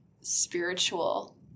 spiritual